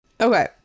Okay